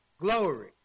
glory